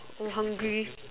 I'm hungry